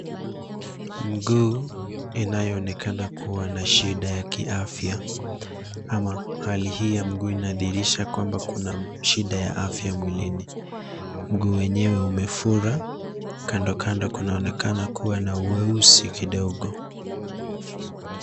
Mguu unaoonekana kuwa na shida ya kiafya. Hali hii ya mguu inaonyesha kwamba kuna tatizo la kiafya mguuni. Mguu wenyewe umefura, na kando kando kunaonekana kuwa na weusi kidogo.